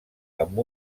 amb